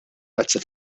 tazza